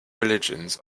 religions